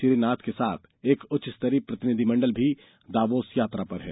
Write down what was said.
श्री नाथ के साथ एक उच्च स्तरीय प्रतिनिधि मंडल भी दावोस यात्रा पर है